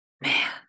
man